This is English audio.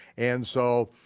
and so